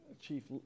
Chief